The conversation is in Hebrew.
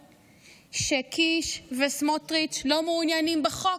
שקיש וסמוטריץ' לא מעוניינים בחוק.